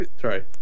Sorry